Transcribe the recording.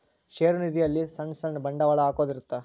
ಷೇರು ನಿಧಿ ಅಲ್ಲಿ ಸಣ್ ಸಣ್ ಬಂಡವಾಳ ಹಾಕೊದ್ ಇರ್ತದ